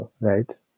right